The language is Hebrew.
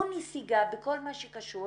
הוא נסיגה בכל מה שקשור